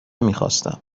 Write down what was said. میخواستم